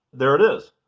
there it is.